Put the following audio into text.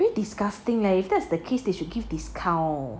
really disgusting leh if that's the case they should give discount